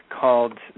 called